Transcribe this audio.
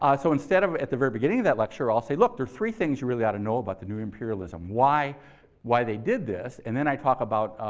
so, instead of at the very beginning of that lecture, i'll say, look, there are three things you really ought to know about the new imperialism, why why they did this. and then i talk about